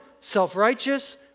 self-righteous